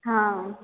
हाँ